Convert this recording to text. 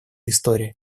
истории